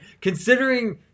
considering